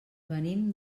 venim